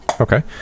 Okay